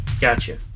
Gotcha